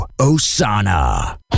Osana